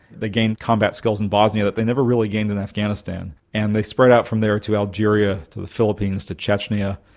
they gained combat skills in bosnia that they never really gained in afghanistan. and they spread out from there to algeria, to the philippines, to chechnya.